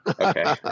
Okay